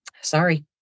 Sorry